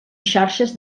xarxes